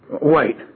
Wait